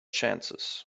chances